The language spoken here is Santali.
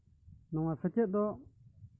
ᱱᱚᱣᱟ ᱥᱮᱪᱮᱫ ᱫᱚ